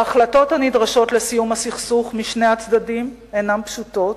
ההחלטות הנדרשות לסיום הסכסוך משני הצדדים אינן פשוטות,